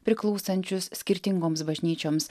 priklausančius skirtingoms bažnyčioms